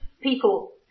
people